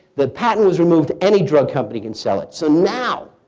that patent was removed, any drug company can sell it. so now,